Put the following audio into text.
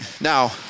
Now